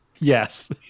Yes